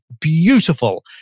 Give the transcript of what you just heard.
beautiful